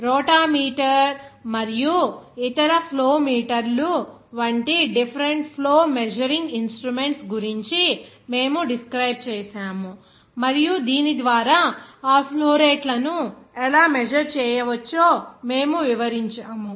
rotameter మరియు ఇతర flow మీటర్లు వంటి డిఫెరెంట్ ఫ్లో మెజరింగ్ ఇన్స్ట్రుమెంట్స్ గురించి మేము డిస్క్రైబ్ చేసాము మరియు దీని ద్వారా ఆ ఫ్లో రేట్లను ఎలా మెజర్ చేయవచ్చో మేము వివరించాము